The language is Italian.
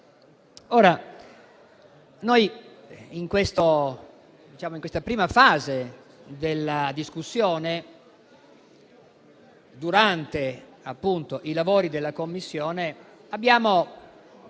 In questa prima fase della discussione, durante i lavori della Commissione, abbiamo